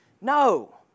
No